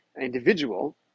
individual